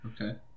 Okay